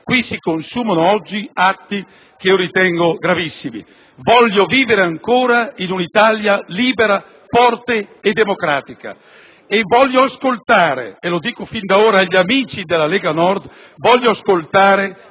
si consumano oggi atti che ritengo gravissimi. Voglio vivere ancora in un'Italia libera, forte e democratica. E voglio ascoltare - lo dico fin da ora agli amici della Lega Nord - con grande